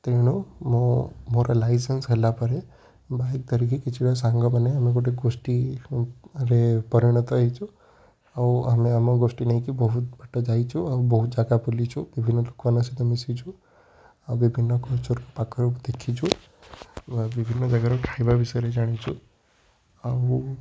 ତେଣୁ ମୁଁ ମୋର ଲାଇସେନ୍ସ ହେଲା ପରେ ବାଇକ ଧରିକି କିଛିଟା ସାଙ୍ଗମାନେ ଆମେମାନେ ଗୋଷ୍ଠୀରେ ପରିଣତ ହେଇଛୁ ଆଉ ଆମେ ଆମ ଗୋଷ୍ଠୀ ନେଇ ବହୁତ ବାଟ ଯାଇଛୁ ଆଉ ବହୁତ ଜାଗା ବୁଲିଛୁ ବିଭିନ୍ନ ଲୋକମାନଙ୍କ ସହ ମିଶିଛୁ ଆଉ ବିଭିନ୍ନ କଲଚରକୁ ପାଖରୁ ଦେଖିଛୁ ବିଭିନ୍ନ ଜାଗାରୁ ଖାଇବା ବିଷୟରେ ଜାଣିଛୁ ଆଉ